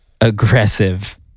aggressive